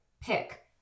pick